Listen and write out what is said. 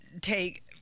take